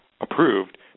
approved